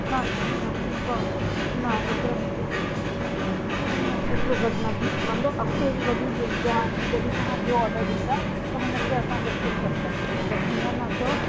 न न आहिनि आहिनि न एतिरो न एतिरो घटि न थी सघंदो अॻिते वरी ॿिया जॾहिं तव्हां ॿियो ऑडर ॾींदा त हुन ते असां बिल्कुलु घटि कंदासीं बट हींअर न छो